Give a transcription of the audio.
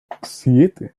siete